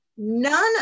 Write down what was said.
None